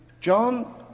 John